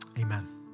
amen